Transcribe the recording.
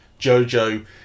Jojo